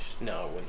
No